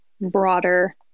broader